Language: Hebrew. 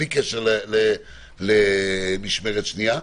בלי קשר למשמרת שנייה,